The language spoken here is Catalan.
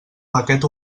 paquet